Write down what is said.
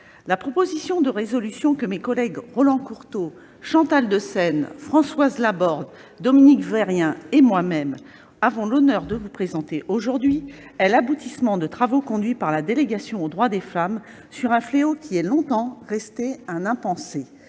la proposition de résolution que mes collègues Roland Courteau, Chantal Deseyne, Françoise Laborde, Dominique Vérien et moi-même avons l'honneur de vous présenter aujourd'hui est l'aboutissement de travaux conduits par la délégation aux droits des femmes sur un fléau qui est longtemps resté un « impensé